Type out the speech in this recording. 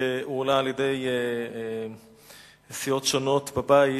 שהועלה על-ידי סיעות שונות בבית,